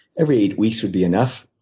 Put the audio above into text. every eight weeks would be enough.